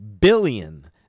billion